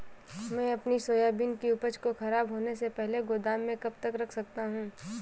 मैं अपनी सोयाबीन की उपज को ख़राब होने से पहले गोदाम में कब तक रख सकता हूँ?